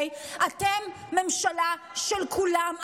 אתם ממשלה של כולם,